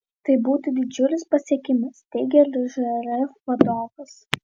tai būtų didžiulis pasiekimas teigė lžrf vadovas